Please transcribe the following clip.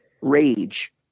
rage